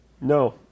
No